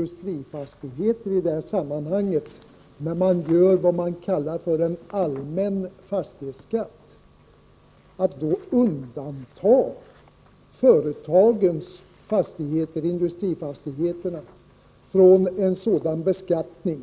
särskilt klokt att i detta sammanhang — man talar ju om en allmän fastighetsskatt — undanta företagens fastigheter, industrifastigheterna, från en sådan här beskattning.